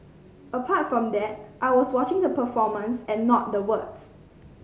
apart from that I was watching the performance and not the words